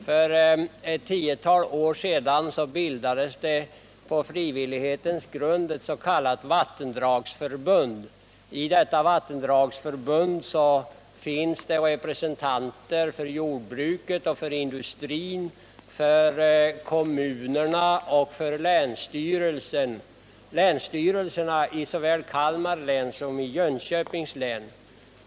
För ett tiotal år sedan bildades på frivillighetens grund ett s.k. vattendragsförbund. I detta vattendragsförbund finns det representanter för jordbruket, industrin, kommunerna och länsstyrelserna i såväl Kalmar län som Jönköpings län.